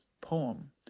poem